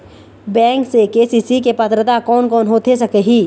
Bank से KCC के पात्रता कोन कौन होथे सकही?